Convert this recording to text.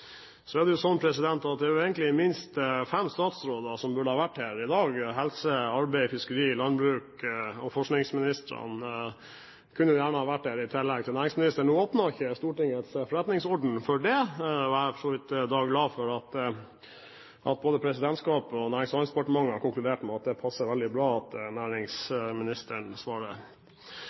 Så er det slik at det egentlig er minst fem andre statsråder som burde vært her i dag. Helse-, arbeids-, fiskeri-, landbruks- og forskningsministrene kunne gjerne vært her i tillegg til næringsministeren. Nå åpner ikke Stortingets forretningsorden for det. Jeg er for så vidt glad for at både presidentskapet og Nærings- og handelsdepartementet har konkludert med at det passer veldig bra at næringsministeren svarer.